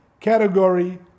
category